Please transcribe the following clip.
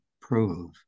prove